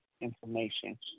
information